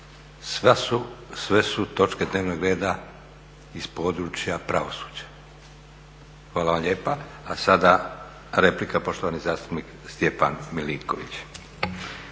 Sve su točke dnevnog reda iz područja pravosuđa. Hvala vam lijepa. A sada replika poštovani zastupnik Stjepan Milinović.